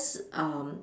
um